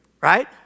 right